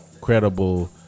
credible